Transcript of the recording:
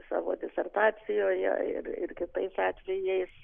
savo disertacijoje ir ir kitais atvejais